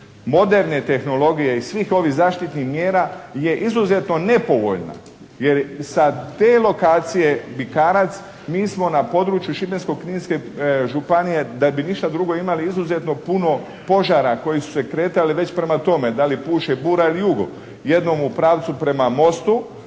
moderne tehnologije i svih ovih zaštitnih mjera je izuzetno nepovoljna jer sa te lokacije Bikarac mi smo na području Šibensko-kninske županije da bi ništa drugo imali izuzetno puno požara koji su se kretali već prema tome da li puše bura ili jugo. Jednom u pravcu prema mostu,